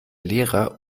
lehrer